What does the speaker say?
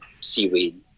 seaweed